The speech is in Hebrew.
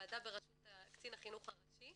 ועדה בראשות קצין חינוך ראשי